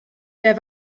der